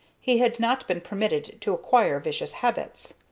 he had not been permitted to acquire vicious habits.